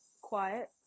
Quiet